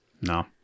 no